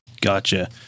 Gotcha